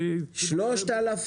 3,000 ₪?